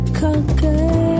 conquer